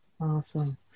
Awesome